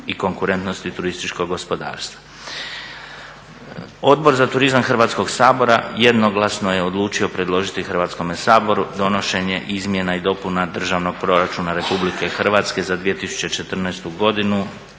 i konkurentnosti turističkog gospodarstva. Odbor za turizam Hrvatskog sabora jednoglasno je odlučio predložiti Hrvatskome saboru donošenje Izmjena i dopuna Državnog proračuna RH za 2014.godinu